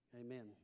amen